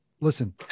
Listen